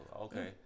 okay